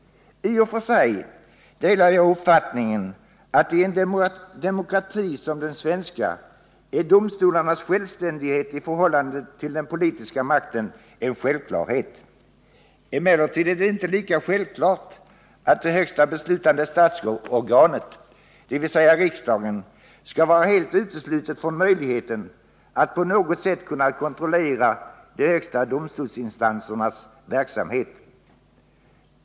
I och för sig delar jag uppfattningen att domstolarnas självständighet i förhållande till den politiska makten är en självklarhet i en demokrati som den svenska. Det är emellertid inte lika självklart att det högsta beslutande statsorganet, dvs. riksdagen, skall vara helt uteslutet från möjligheten att på något sätt kunna kontrollera de högsta domstolsinstansernas verksamhet.